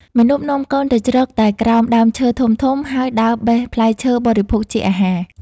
មាណពនាំកូនទៅជ្រកតែក្រោមដើមឈើធំៗ ហើយដើរបេះផ្លែឈើបរិភោគជាអាហារ ។